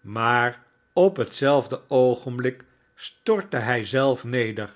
maar op hetzelfde oogenblik stortte hij zelf neder